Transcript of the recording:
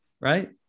right